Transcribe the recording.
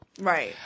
right